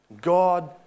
God